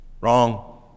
Wrong